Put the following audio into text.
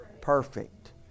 perfect